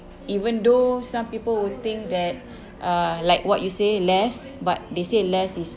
even though some people will think that uh like what you say less but they say less is